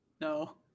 No